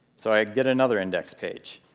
so i get another index page.